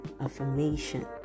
affirmation